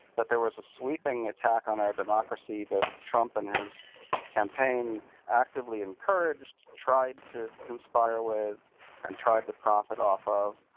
that there was a sweeping attack on our democracy that trump and his campaign actively encouraged, tried to conspire with and tried to profit off of.